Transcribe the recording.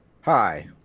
Hi